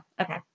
Okay